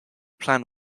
plan